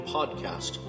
Podcast